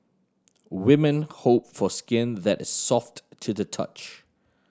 women hope for skin that is soft to the touch